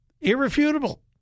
irrefutable